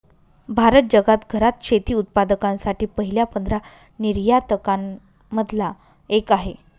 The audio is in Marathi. भारत जगात घरात शेती उत्पादकांसाठी पहिल्या पंधरा निर्यातकां न मधला एक आहे